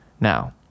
now